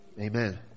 Amen